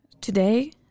today